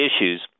issues